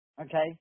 okay